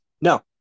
no